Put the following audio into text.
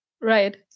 right